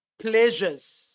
pleasures